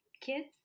kids